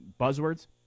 buzzwords